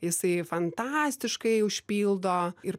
jisai fantastiškai užpildo ir